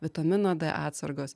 vitamino d atsargos